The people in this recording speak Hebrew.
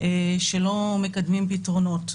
שלא מקדמים פתרונות.